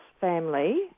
family